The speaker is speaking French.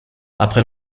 après